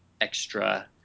extra